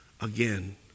again